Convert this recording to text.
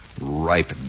ripe